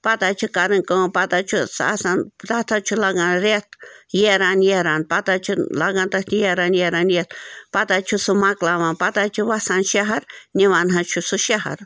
پتہٕ حظ چھِ کَرٕنۍ کٲم پتہٕ حظ چھُ سُہ اسان تَتھ حظ چھُ لاگان رٮ۪تھ ییران ییران پتہٕ حظ چھِ لاگان تَتھ ییران ییران یَتھ پتہٕ حظ چھُ سُہ مۄکلاوان پتہٕ حظ چھُ وَسان شہر نِوان حظ چھُ سُہ شہر